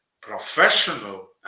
professional